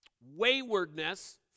waywardness